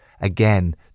again